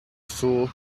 fool